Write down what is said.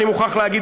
אני מוכרח להגיד,